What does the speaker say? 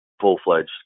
full-fledged